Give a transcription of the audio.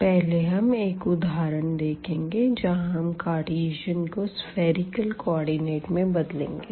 पहले हम एक उदाहरण देखेंगे जहां हम कार्टीज़न को सफ़ेरिकल कोऑर्डिनेट में बदलेंगे